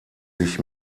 sich